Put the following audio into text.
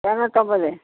இரநூத்தம்பது